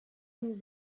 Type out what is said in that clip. amb